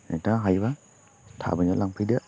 नोंथाङा हायोबा थाबैनो लांफैदो